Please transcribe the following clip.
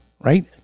right